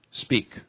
speak